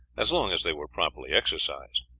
as long as they were properly exercised.